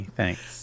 thanks